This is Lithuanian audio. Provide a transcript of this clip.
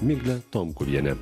migle tomkuviene